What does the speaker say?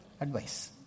Advice